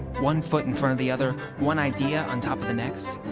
one foot in front of the other. one idea on top of the next.